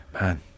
Man